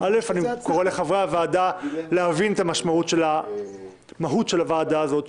אני קורא לחברי הוועדה להבין את המשמעות של מהות הוועדה הזאת,